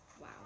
Wow